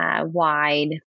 wide